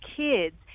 kids